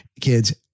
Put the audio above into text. kids